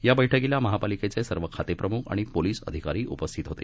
या बैठकीला महापालिकेचे सर्व खाते प्रमुख आणि पोलीस अधिकारी उपस्थित होते